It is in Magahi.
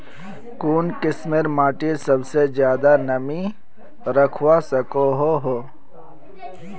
कुन किस्मेर माटी सबसे ज्यादा नमी रखवा सको हो?